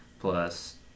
plus